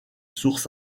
sources